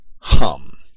hum